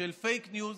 של פייק ניוז